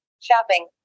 shopping